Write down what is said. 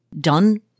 done